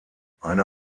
eine